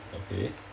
okay